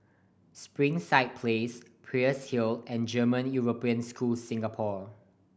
Springside Place Peirce Hill and German European School Singapore